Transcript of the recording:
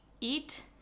eat